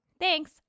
Thanks